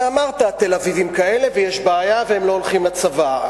אמרת: התל-אביבים כאלה ויש בעיה והם לא הולכים לצבא.